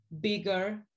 bigger